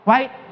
Right